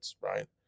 right